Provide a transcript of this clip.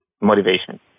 motivation